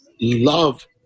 love